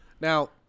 now